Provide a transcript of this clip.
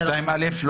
בסדר.